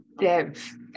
Dev